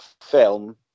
film